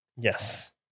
Yes